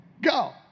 Go